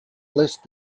list